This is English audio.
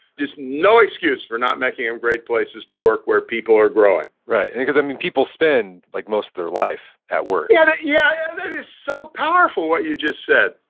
no excuse for not making them great places to work where people are growing right. and because i mean people spend like most of their life at work yeah, that yeah that is so powerful what you just said.